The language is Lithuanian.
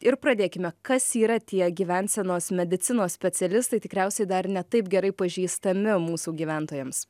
ir pradėkime kas yra tie gyvensenos medicinos specialistai tikriausiai dar ne taip gerai pažįstami mūsų gyventojams